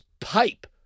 pipe